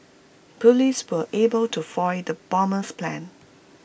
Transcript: Police were able to foil the bomber's plans